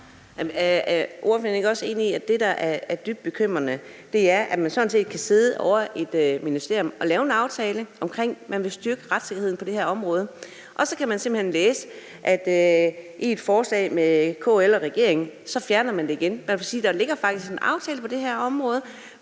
Er ordføreren ikke også enig i, at det, der er dybt bekymrende, er, at man sådan set kan sidde ovre i et ministerium og lave en aftale om, at man vil styrke retssikkerheden på det her område, og så kan man simpelt hen læse, at man i et forslag, med KL og regeringen, fjerner det igen? Man kan sige, at der faktisk ligger en aftale på det her område,